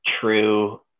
true